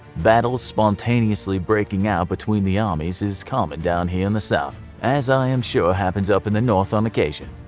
battles spontaneously breaking out between the armies is common down here in the south, as i am sure happens up in the north on occasion.